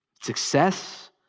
Success